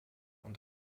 und